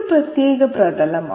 ഇതൊരു പ്രത്യേക പ്രതലമാണ്